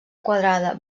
quadrada